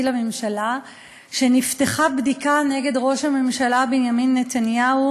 לממשלה שנפתחה בדיקה נגד ראש הממשלה בנימין נתניהו.